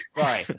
Sorry